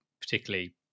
particularly